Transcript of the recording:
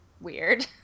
weird